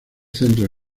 centros